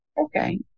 Okay